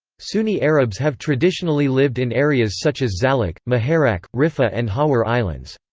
sunni arabs have traditionally lived in areas such as zallaq, muharraq, riffa and hawar islands.